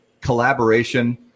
collaboration